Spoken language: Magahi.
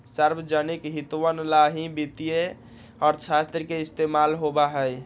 सार्वजनिक हितवन ला ही वित्तीय अर्थशास्त्र के इस्तेमाल होबा हई